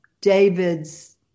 David's